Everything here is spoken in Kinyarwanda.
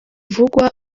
uvugwa